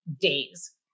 days